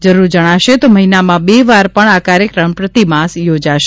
જરૂર જણાશે તો મહિનામાં બે વાર પણ આ કાર્યક્રમ પ્રતિમાસ યોજાશે